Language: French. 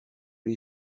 les